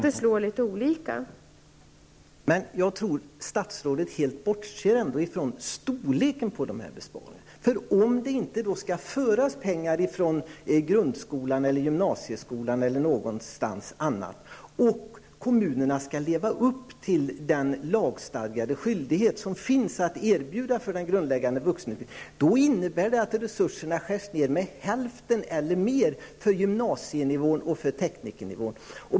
Herr talman! Jag tror att statsrådet helt bortser från storleken på besparingarna. Om det inte skall föras pengar från grundskolan, gymnasieskolan eller något annat ställe, och kommunerna skall leva upp till den lagstadgade skyldighet som finns att erbjuda grundläggande vuxenutbildning, innebär det att resurserna skärs ner med hälften eller mer för gymnasienivån och för teknikernivån.